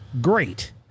great